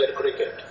cricket